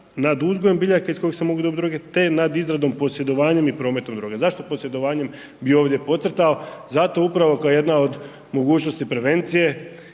nad uzgojem biljaka iz kojih se mogu dobit droge, te nad izradom, posjedovanjem i prometom droge. Zašto posjedovanjem bi ovdje podcrtao, zato upravo kao jedna od mogućosti prevencije